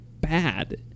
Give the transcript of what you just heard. bad